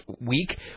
week